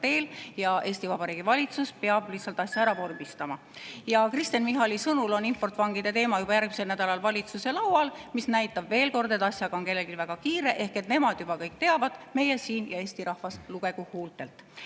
ja Eesti Vabariigi valitsus peab lihtsalt asja ära vormistama. Kristen Michali sõnul on importvangide teema juba järgmisel nädalal valitsuse laual, mis näitab samuti, et asjaga on kellelgi väga kiire. Nemad juba kõik teavad, meie siin ja Eesti rahvas lugegu huultelt.